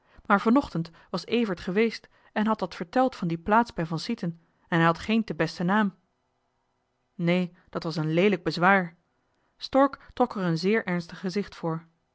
maar vanochtend was evert geweest en had dat verteld van die plaats bij van sieten en hij had geen te besten naam neen dat was ook een leelijk bezwaar stork trok er een zeer ernstig gezicht voor